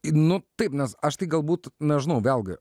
nu taip nes aš tai galbūt nežinau vėlgi